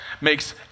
makes